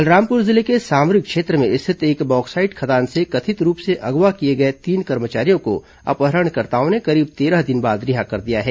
बलरामपुर जिले के सामरी क्षेत्र में स्थित एक बॉक्साइड खदान से कथित रूप से अगवा किए गए तीन कर्मचारियों को अपहरणकर्ताओं ने करीब तेरह दिन बाद रिहा कर दिया है